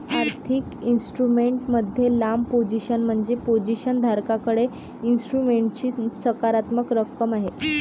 आर्थिक इन्स्ट्रुमेंट मध्ये लांब पोझिशन म्हणजे पोझिशन धारकाकडे इन्स्ट्रुमेंटची सकारात्मक रक्कम आहे